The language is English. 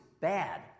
bad